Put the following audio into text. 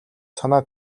санаа